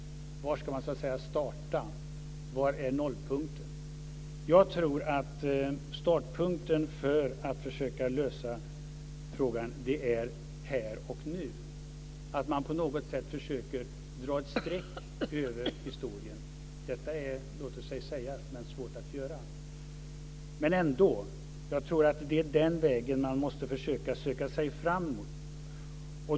Var ska man starta? Var är nollpunkten? Jag tror att startpunkten för att försöka lösa frågan är här och nu och att man på något sätt försöker dra ett streck över historien. Detta låter sig sägas, men det är svårt att göra. Men jag tror ändå att det är den vägen man måste försöka söka sig framåt.